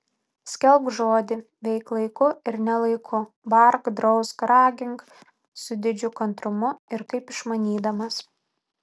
skelbk žodį veik laiku ir ne laiku bark drausk ragink su didžiu kantrumu ir kaip išmanydamas